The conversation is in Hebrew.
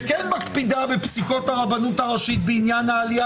שכן מקפידה בפסיקות הרבנות הראשית בעניין העלייה